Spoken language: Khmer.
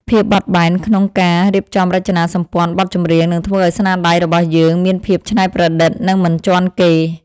ភាពបត់បែនក្នុងការរៀបចំរចនាសម្ព័ន្ធបទចម្រៀងនឹងធ្វើឱ្យស្នាដៃរបស់យើងមានភាពច្នៃប្រឌិត និង មិនជាន់គេ។